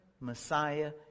Messiah